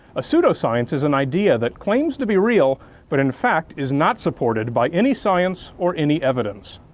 a pseudoscience is an idea that claims to be real but in fact is not supported by any science or any evidence.